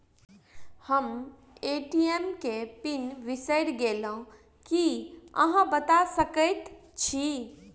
हम ए.टी.एम केँ पिन बिसईर गेलू की अहाँ बता सकैत छी?